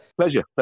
Pleasure